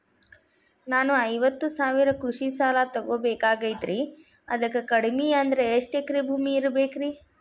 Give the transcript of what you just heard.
ನಾನು ಐವತ್ತು ಸಾವಿರ ಕೃಷಿ ಸಾಲಾ ತೊಗೋಬೇಕಾಗೈತ್ರಿ ಅದಕ್ ಕಡಿಮಿ ಅಂದ್ರ ಎಷ್ಟ ಎಕರೆ ಭೂಮಿ ಇರಬೇಕ್ರಿ?